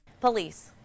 Police